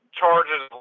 charges